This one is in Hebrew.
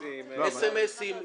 סמסים,